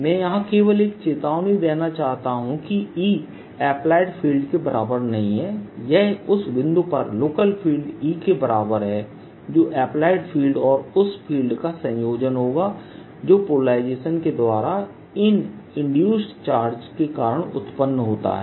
मैं यहां केवल एक चेतावनी देना चाहता हूं कि E अप्लाइड फील्ड के बराबर नहीं है यह उस बिंदु पर लोकल फील्ड Eके बराबर है जो अप्लाइड फील्ड और उस फील्ड का संयोजन होगा जो पोलराइजेशन के द्वारा इन इंड्यूस्ड चार्जके कारण उत्पन्न होता है